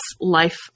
life